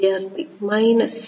വിദ്യാർത്ഥി മൈനസ്